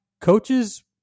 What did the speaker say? coaches